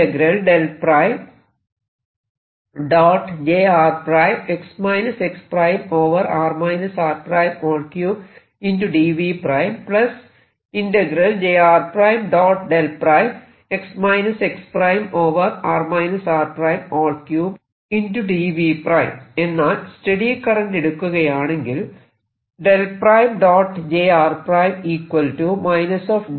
അപ്പോൾ എന്നാൽ steady current എടുക്കുകയാണെങ്കിൽ ആണ്